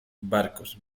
barcos